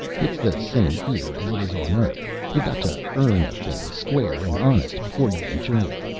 it's the same here as it is on earth you've got to earn a thing, square and honest, before you enjoy it.